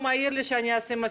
הוא מעיר לי שאני צריכה לשים מסכה,